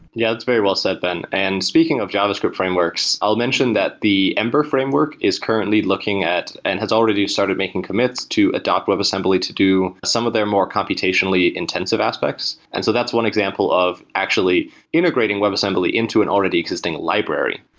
yeah, it's very well-said, bed. and speaking of javascript frameworks, i'll mention that the ember framework is currently looking at, and has already started making commits to adopt webassembly to do some of their more computationally-intensive aspects. and so that's one example of actually integrating webassembly into an already existing library.